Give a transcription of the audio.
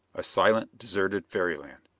a silent, deserted fairyland.